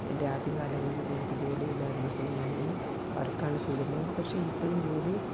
എൻ്റെ ആദ്യകാലങ്ങളിലെനിക്ക് ജോലിയില്ലാതിരുന്നപ്പഴും ഞാനീ വർക്കാണ് ചെയ്തിരുന്നത് പക്ഷെ ഇപ്പഴും ജോലി